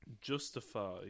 justify